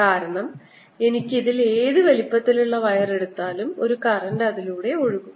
കാരണം എനിക്ക് ഇതിൽ ഏത് വലുപ്പത്തിലുള്ള വയർ എടുത്താലും ഒരു കറന്റ് അതിലൂടെ ഒഴുകും